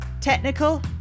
technical